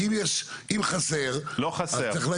כי אם חסר, אז צריך להגיד.